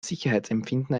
sicherheitsempfinden